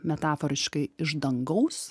metaforiškai iš dangaus